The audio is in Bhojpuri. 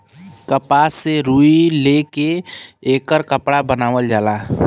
कपास से रुई ले के एकर कपड़ा बनावल जाला